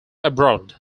abroad